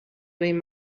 این